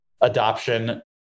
adoption